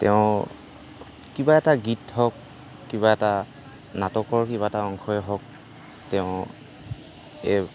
তেওঁ কিবা এটা গীত হওক কিবা এটা নাটকৰ কিবা এটা অংশই হওক তেওঁ এই